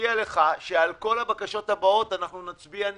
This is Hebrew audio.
מודיע לך שעל כל הבקשות הבאות אנחנו נצביע נגד.